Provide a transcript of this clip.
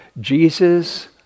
Jesus